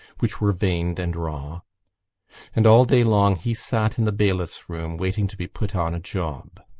which were pink-veined and raw and all day long he sat in the bailiff's room, waiting to be put on a job.